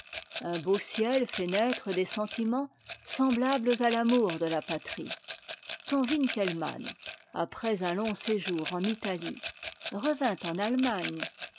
un beau ciel fait naître des sentiments semblables à l'amour de la patrie quand winckelmann après un long séjour en italie revint en allemagne